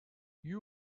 you